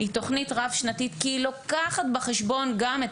היא תוכנית רב- שנתית כי היא לוקחת בחשבון גם את